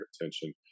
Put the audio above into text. attention